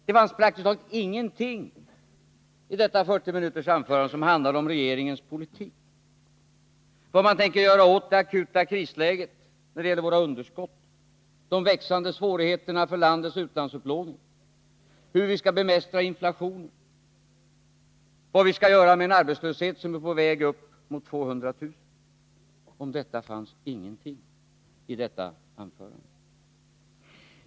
Det fanns praktiskt taget ingenting i detta 40 minuters anförande som handlade om regeringens politik, vad man tänker göra åt det akuta krisläget när det gäller våra underskott, de växande svårigheterna för landets utlandsupplåning, hur vi skall bemästra inflationen, vad vi skall göra med en arbetslöshet som är på väg upp mot 200 000. Om detta fanns ingenting i hans anförande.